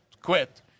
Quit